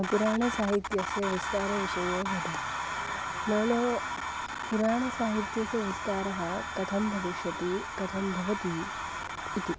पुराणसाहित्यस्य विस्तारविषये वद नाम पुराणसाहित्यस्य विस्तारः कथं भविष्यति कथं भवति इति